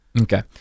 Okay